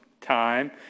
time